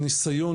המשתמע